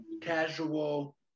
casual